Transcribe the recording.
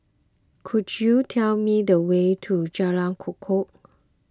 could you tell me the way to Jalan Kukoh